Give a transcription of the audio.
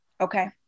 okay